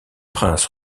prince